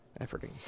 efforting